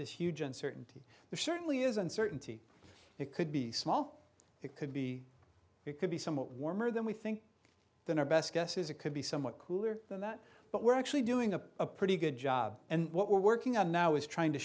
this huge uncertainty the certainly is uncertainty it could be small it could be it could be somewhat warmer than we think than our best guess is it could be somewhat cooler than that but we're actually doing a pretty good job and what we're working on now is trying to